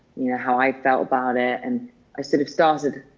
you know, how i felt about it. and i sort of started,